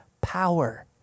power